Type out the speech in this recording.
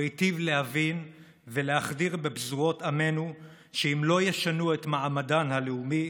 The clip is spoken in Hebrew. הוא היטיב להבין ולהחדיר בפזורות עמנו שאם לא ישנו את מעמדן הלאומי,